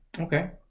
Okay